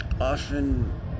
often